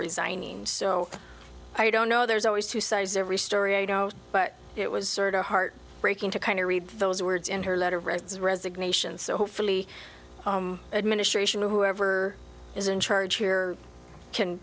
resigning so i don't know there's always two sides to every story a doubt but it was sort of heart breaking to kind of read those words in her letter of resignation so hopefully the administration or whoever is in charge here can